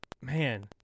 man